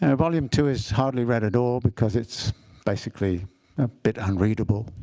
ah volume two is hardly read at all because it's basically a bit unreadable.